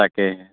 তাকে